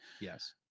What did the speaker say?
Yes